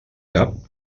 cap